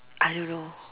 I don't know